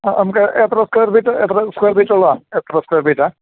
ആ നമുക്ക് എത്ര സ്ക്വയർ ഫീറ്റ് എത്ര സ്ക്വയർ ഫീറ്റ് ഉള്ളതാണ് എത്ര സ്ക്വയർ ഫീറ്റാ